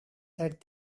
that